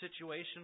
situation